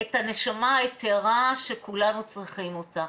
את הנשמה היתרה שכולנו צריכים אותה.